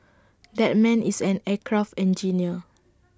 that man is an aircraft engineer